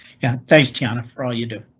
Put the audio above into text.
yeah, thanks china for all you do.